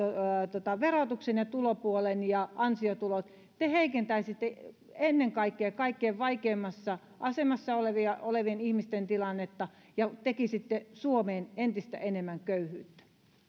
verotuksen ja tulopuolen ja ansiotulot te heikentäisitte ennen kaikkea kaikkein vaikeimmassa asemassa olevien ihmisten tilannetta ja tekisitte suomeen entistä enemmän köyhyyttä